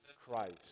Christ